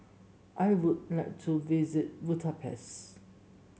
I would like to visit Bucharest